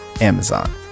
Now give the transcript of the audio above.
Amazon